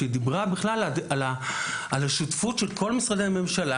שדיברה על השותפות של כל משרדי הממשלה